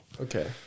Okay